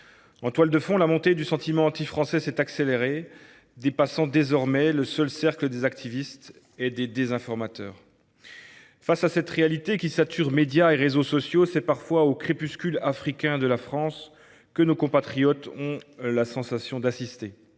En toile de fond, la montée du sentiment anti français s’est accélérée, dépassant désormais le seul cercle des activistes et des désinformateurs. Face à cette réalité qui sature médias et réseaux sociaux, c’est parfois au crépuscule africain de la France que nos compatriotes ont le sentiment d’assister.